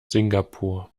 singapur